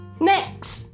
Next